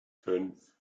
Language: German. fünf